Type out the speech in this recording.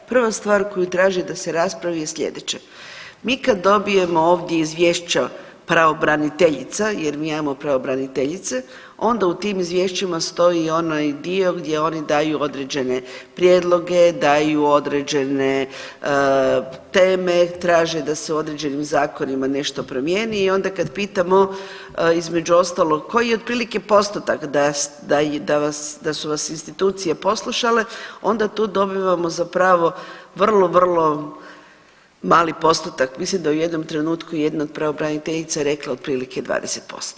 Prva stvar koju traži da se raspravi je sljedeće, mi kad dobijemo ovdje izvješća pravobraniteljica jer mi imamo pravobraniteljice, onda u tim izvješćima stoji i onaj dio gdje oni daju određene prijedloge, daju određene teme, traže da se u određenim zakonima nešto promijeni i onda kad pitamo između ostalog koji je otprilike postotak da je, da su vas institucije poslušale, onda tu dobivamo za pravo vrlo, vrlo mali postotak, mislim da u jednom trenutku jedna od pravobraniteljica je rekla otprilike 20%